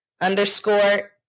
underscore